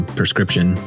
prescription